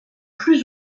plus